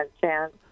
chance